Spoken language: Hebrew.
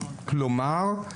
כלומר,